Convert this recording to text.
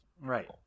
Right